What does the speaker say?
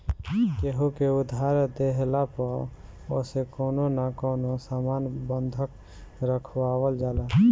केहू के उधार देहला पअ ओसे कवनो न कवनो सामान बंधक रखवावल जाला